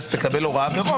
שהכנסת תקבל הוראה ברוב,